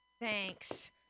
Thanks